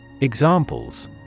Examples